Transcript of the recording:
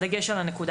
וכבר ציינו אותו,